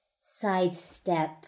sidestep